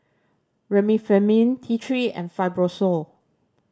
Remifemin T Three and Fibrosol